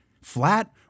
Flat